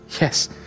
yes